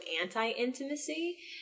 anti-intimacy